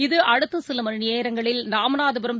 இது அடுத்தசிலமணிநேரங்களில் ராமநாதபுரம்